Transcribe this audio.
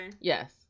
yes